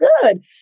good